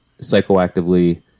psychoactively